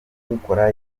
kuwukora